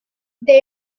they